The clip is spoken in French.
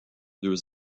deux